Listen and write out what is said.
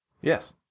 Yes